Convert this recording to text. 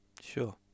Sure